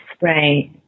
Right